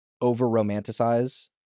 over-romanticize